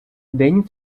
день